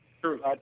True